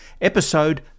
episode